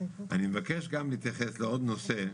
אני מבקש גם להתייחס לעוד נושא,